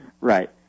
right